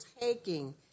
taking